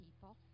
people